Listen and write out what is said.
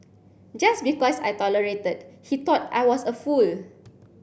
just because I tolerated he thought I was a fool